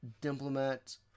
Diplomat